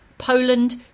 Poland